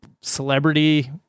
celebrity